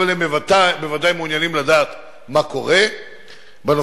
אבל הם בוודאי מעוניינים לדעת מה קורה בנושא.